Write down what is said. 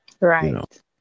Right